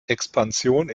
expansion